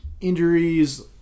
injuries